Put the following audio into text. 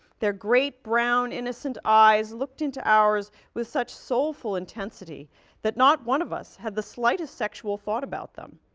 their great brown, innocent eyes looked into ours with such soulful intensity that not one of us had the slightest sexual thought about them.